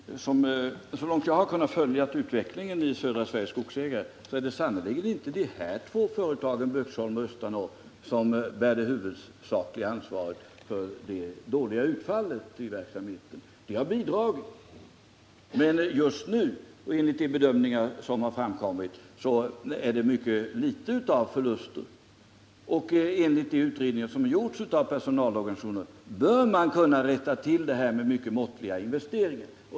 Herr talman! Så långt jag har kunnat följa utvecklingen i Södra Skogsägarna är det sannerligen inte de två företagen Böksholm och Östanå som bär huvudansvaret för det dåliga utfallet i verksamheten. De har bidragit till detta, men enligt de bedömningar som gjorts är förlusterna just nu mycket små. Enligt de utredningar som utförts av personalorganisationerna bör man kunna rätta till detta med mycket måttliga investeringar.